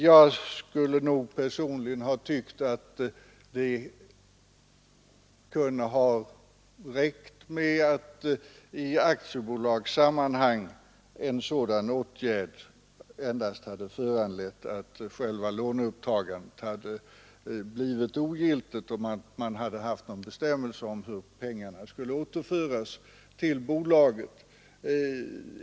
Jag skulle nog personligen ha tyckt att det kunde ha räckt med att i aktiebolagssammanhang en sådan handling endast hade föranlett att själva låneupptagandet blivit ogiltigt och att man hade haft någon bestämmelse om hur pengarna skulle återföras till bolaget.